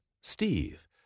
Steve